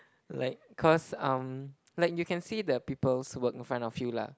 like cause um like you can see the people's work in front of you lah